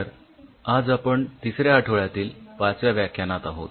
तर आज आपण तिसऱ्या आठवड्यातील पाचव्या व्याख्यानात आहोत